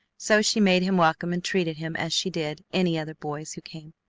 so she made him welcome and treated him as she did any other boys who came.